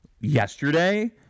Yesterday